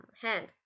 hand